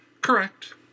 Correct